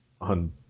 on